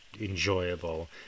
enjoyable